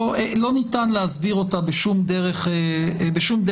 לא ניתן להסביר אותה בשום דרך סבירה.